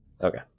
okay